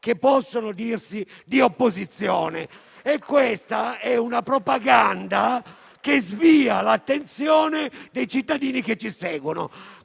che possono dirsi di opposizione. Si tratta quindi di una propaganda che svia l'attenzione dei cittadini che ci seguono.